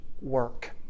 work